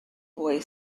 boy